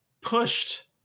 pushed